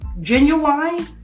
Genuine